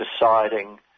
deciding